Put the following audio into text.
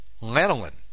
lanolin